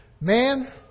Man